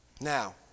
Now